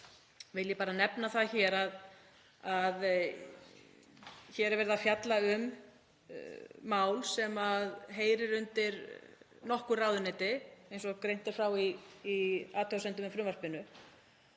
vil ég bara nefna það að hér er verið að fjalla um mál sem heyrir undir nokkur ráðuneyti eins og greint er frá í athugasemdum með frumvarpinu